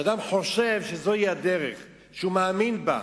אדם חושב שזוהי הדרך שהוא מאמין בה,